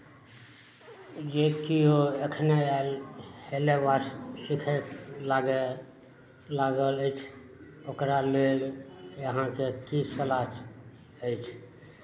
जे केओ एखने आयल हेलय वा सीखय लागय लागल अछि ओकरा लेल अहाँके की सलाह अछि